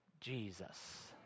Jesus